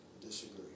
disagree